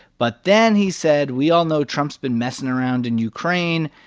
but then, he said, we all know trump's been messing around in ukraine,